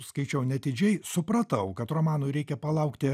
skaičiau neatidžiai supratau kad romanui reikia palaukti